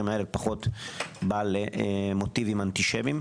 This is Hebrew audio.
ודברים כאלה, פחות בעל מוטיבים אנטישמיים.